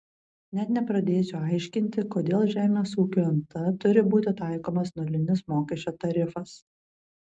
net nepradėsiu aiškinti kodėl žemės ūkio nt turi būti taikomas nulinis mokesčio tarifas